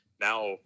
now